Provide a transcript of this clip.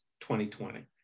2020